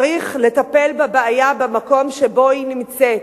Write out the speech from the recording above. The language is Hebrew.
צריך לטפל בבעיה במקום שבו היא נמצאת,